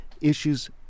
issues